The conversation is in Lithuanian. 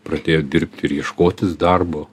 pradėjo dirbti ir ieškotis darbo